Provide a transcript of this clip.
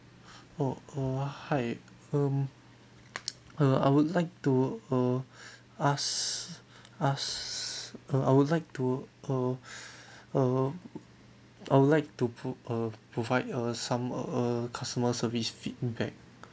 oh err hi um uh I would like to uh ask ask uh I would like to uh uh I would like to pro~ uh provide uh some uh uh customer service feedback